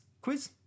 quiz